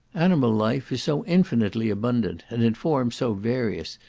animal life is so infinitely abundant, and in forms so various,